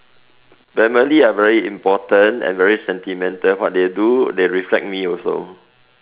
family are very important and very sentimental what they do they reflect me also